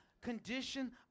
condition